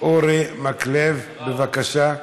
אורי מקלב, בבקשה.